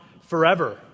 forever